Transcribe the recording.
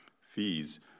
fees